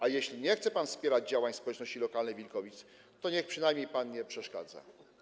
A jeśli nie chce pan wspierać działań społeczności lokalnej Wilkowic, to niech pan przynajmniej nie przeszkadza.